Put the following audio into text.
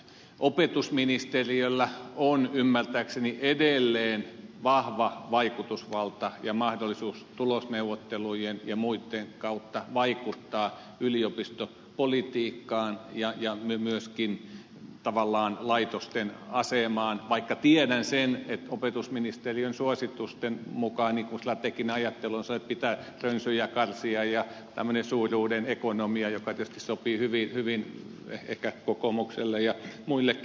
opetusministeriöllä on ymmärtääkseni edelleen vahva vaikutusvalta ja mahdollisuus tulosneuvottelujen ja muitten kautta vaikuttaa yliopistopolitiikkaan ja myöskin tavallaan laitosten asemaan vaikka tiedän sen että opetusministeriön suositusten mukaan strateginen ajattelu on sitä että pitää rönsyjä karsia ja tämmöistä suuruuden ekonomiaa joka tietysti sopii hyvin ehkä kokoomukselle ja muillekin